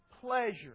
pleasure